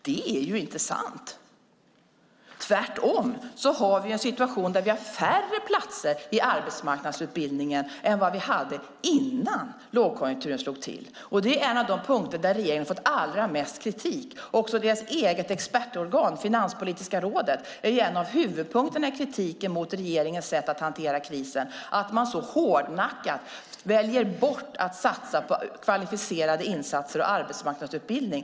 Det är inte sant. Tvärtom har vi en situation där vi har färre platser i arbetsmarknadsutbildningen än vad vi hade innan lågkonjunkturen slog till. Detta är en av de punkter där regeringen har fått allra mest kritik. Också när det gäller regeringens eget expertorgan, Finanspolitiska rådet, är en av huvudpunkterna i kritiken mot regeringens sätt att hantera krisen att man så hårdnackat väljer bort att satsa på kvalificerade insatser och arbetsmarknadsutbildning.